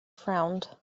frowned